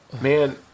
man